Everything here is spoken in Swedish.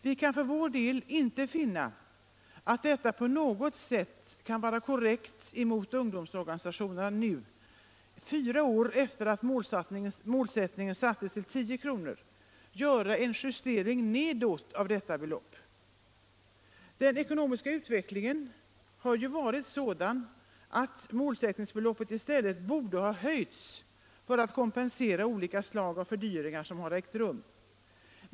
Vi kan för vår del inte finna att det på något sätt kan vara korrekt mot ungdomsorganisationerna att nu, fyra år efter det att målsättningen sattes till 10 kr., göra en justering nedåt av detta belopp. Den ekonomiska utvecklingen har ju varit sådan, att målsättningsbeloppet i stället borde ha höjts för att kompensera olika slag av fördyringar som har ägt rum.